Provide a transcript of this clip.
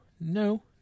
no